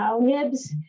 nibs